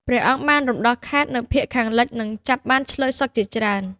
ព្រះអង្គបានរំដោះខេត្តនៅភាគខាងលិច និងចាប់បានឈ្លើយសឹកជាច្រើន។"